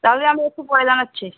তাহলে আমি একটু পরে জানাচ্ছি